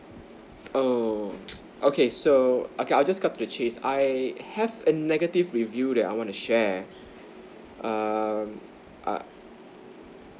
oo okay so okay I'll just cut the cheese I have a negative review that I wanna share um err